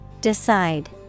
Decide